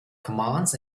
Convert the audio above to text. commands